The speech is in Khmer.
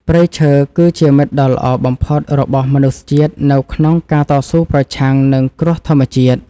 ព្រៃឈើ គឺជាមិត្តដ៏ល្អបំផុតរបស់មនុស្សជាតិនៅក្នុងការតស៊ូប្រឆាំងនឹងគ្រោះធម្មជាតិ។